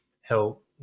help